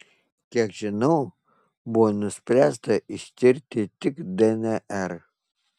kiek žinau buvo nuspręsta ištirti tik dnr